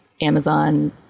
Amazon